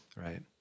right